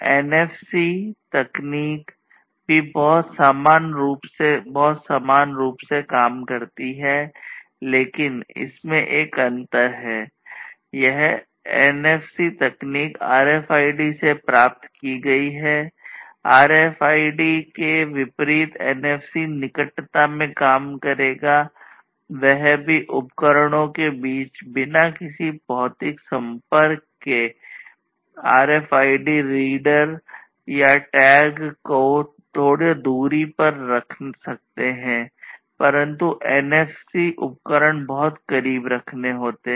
NFC तकनीक को थोड़ा दूरी पर रख सकते हैं परंतु एनएफसी उपकरण बहुत करीब रखना होता है